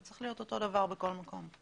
זה צריך להיות אותו הדבר בכל מקום.